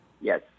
Yes